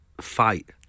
fight